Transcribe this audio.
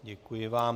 Děkuji vám.